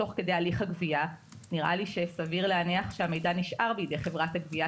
תוך כדי הליך הגבייה נראה לי שסביר להניח שהמידע נשאר בידי חברת הגבייה,